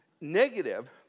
negative